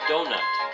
Donut